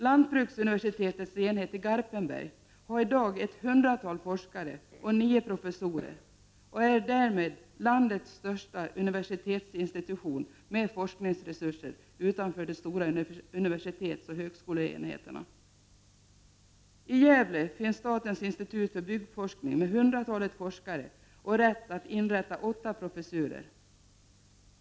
Lantbruksuniversitetets enhet i Garpenberg har i dag ett hundratal forskare och nio professorer och är därmed landets största universitetsinstitution med forskningsresurser utanför de stora universitetsoch högskoleenheterna. I Gävle finns statens institut för byggforskning med hundratalet forskare och rätt att inrätta åtta professurer.